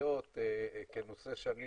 החברתיות כנושא שאני